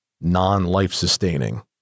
non-life-sustaining